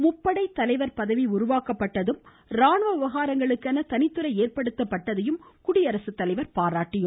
முப்படை தலைவர் பதவி உருவாக்கப்பட்டதும் ராணுவ விவகாரங்களுக்கென தனித்துறை ஏற்படுத்தப்பட்டதையும் குடியரசு தலைவர் பாராட்டினார்